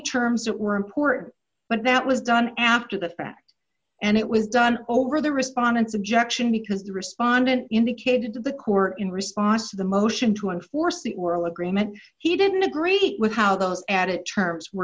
terms that were important but that was done after the fact and it was done over the respondents objection because the respondent indicated to the court in response to the motion to enforce the oral agreement he didn't agree with how those at it terms were